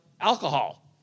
alcohol